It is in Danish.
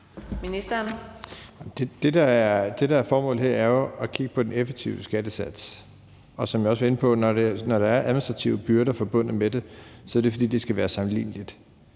Det, der er formålet her, er jo at kigge på den effektive skattesats, og som jeg også var inde på, er det, når der er administrative byrder forbundet med det, jo så, fordi det skal være sammenligneligt,